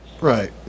right